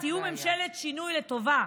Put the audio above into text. תהיו ממשלת שינוי לטובה,